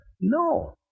No